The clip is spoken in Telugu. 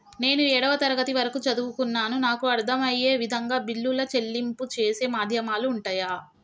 నేను ఏడవ తరగతి వరకు చదువుకున్నాను నాకు అర్దం అయ్యే విధంగా బిల్లుల చెల్లింపు చేసే మాధ్యమాలు ఉంటయా?